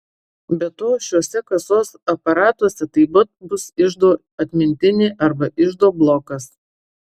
be to šiuose kasos aparatuose taip pat bus iždo atmintinė arba iždo blokas